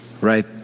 right